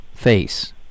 face